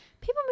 people